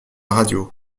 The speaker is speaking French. radio